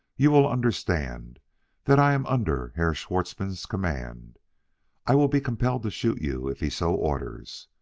you will understand that i am under herr schwartzmann's command i will be compelled to shoot you if he so orders.